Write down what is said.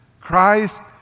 Christ